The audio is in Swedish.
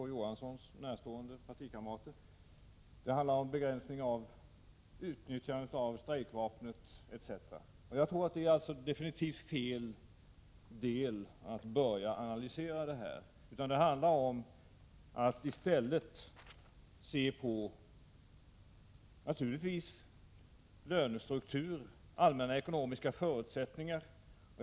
Å. Johansson närstående partikamrater. Det handlar om begränsning av utnyttjandet av strejkvapnet etc. Det är definitivt felaktigt att börja analysera detta, utan det handlar i stället om att se på lönestruktur och allmänna ekonomiska förutsättningar.